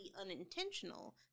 unintentional